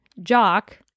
jock